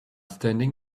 standing